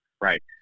right